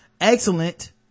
Excellent